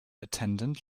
attendant